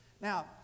Now